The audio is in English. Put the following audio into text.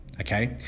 okay